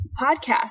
podcast